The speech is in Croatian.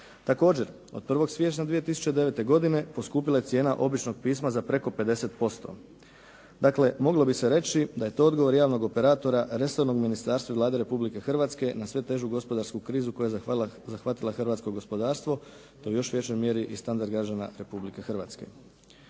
Također od 1. siječnja 2009. godine poskupila je cijena običnog pisma za preko 50%. Dakle, moglo bi se reći da je to odgovor javnog operatora, resornog ministarstva i Vlade Republike Hrvatske na sve težu gospodarsku krizu koja je zahvatila hrvatsko gospodarstvo te u još većoj mjeri i standard građana Republike Hrvatske.